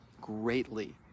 greatly